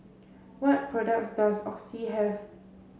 what products does Oxy have